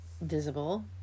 visible